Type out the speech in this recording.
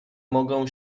mogą